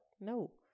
no